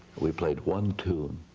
we played one tune,